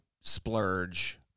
splurge